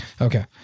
Okay